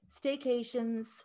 staycations